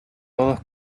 todos